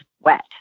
wet